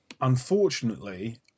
unfortunately